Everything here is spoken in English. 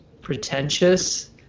pretentious